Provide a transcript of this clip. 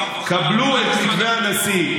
קבלו את מתווה הנשיא.